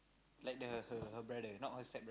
like the her her brother not her step